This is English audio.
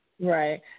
Right